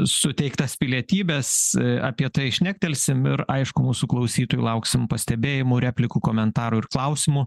suteiktas pilietybes apie tai šnektelsim ir aišku mūsų klausytojų lauksim pastebėjimų replikų komentarų ir klausimų